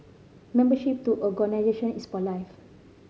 membership to organisation is for life